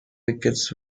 wickets